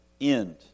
end